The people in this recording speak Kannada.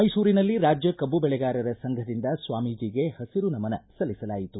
ಮೈಸೂರಿನಲ್ಲಿ ರಾಜ್ಯ ಕಬ್ಬು ಬೆಳೆಗಾರರ ಸಂಘದಿಂದ ಸ್ವಾಮೀಜಿಗೆ ಹಸಿರು ನಮನ ಸಲ್ಲಿಸಲಾಯಿತು